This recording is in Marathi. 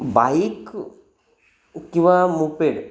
बाईक किंवा मोपेड